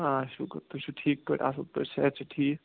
آ شُکُر تُہۍ چھُو ٹھیٖک پٲٹھۍ اَصٕل پٲٹھۍ صحت چھا ٹھیٖک